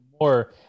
more